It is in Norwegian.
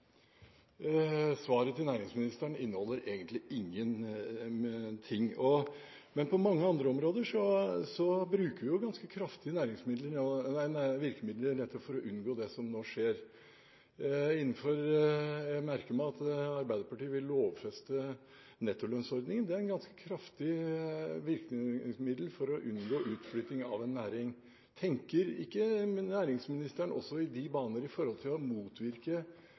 Svaret til næringsministeren inneholder egentlig ingenting. Men på mange andre områder bruker vi ganske kraftige virkemidler, nettopp for å unngå det som nå skjer. Jeg merker meg at Arbeiderpartiet vil lovfeste nettolønnsordningen. Det er et ganske kraftig virkemiddel for å unngå utflytting av en næring. Tenker ikke næringsministeren også i de baner for å motvirke